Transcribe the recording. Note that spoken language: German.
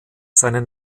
seine